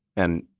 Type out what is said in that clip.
and,